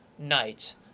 Night